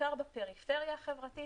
בעיקר בפריפריה החברתית